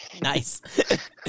nice